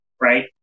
Right